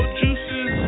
juices